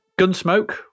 Gunsmoke